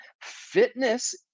Fitness